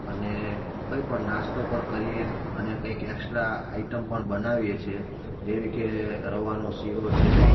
અને કોઈ પણ નાસ્તો પણ કરીએ અને કંઈક એકસ્ટ્રા આઈટમ પણ બનાવીએ છીએ જેવી કે રવાનો શીરો છે